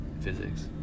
physics